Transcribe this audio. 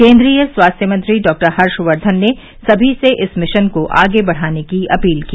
केन्द्रीय स्वास्थ्य मंत्री डॉ हर्ष वर्धन ने सभी से इस मिशन को आगे बढ़ाने की अपील की